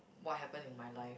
what happen in my life